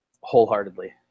wholeheartedly